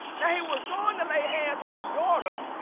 now he was going to lay hands on the daughter,